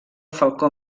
falcó